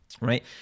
right